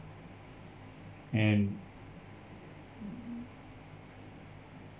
and